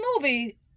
movie